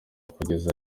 kugeza